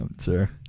sure